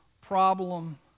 problem